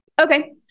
Okay